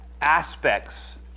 aspects